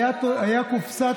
שכחת את